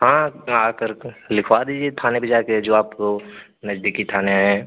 हाँ आकर कर लिखवा दीजिए थाने पर जाके जो आपको नजदीकी थाने है